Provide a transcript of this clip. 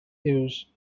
use